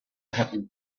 happened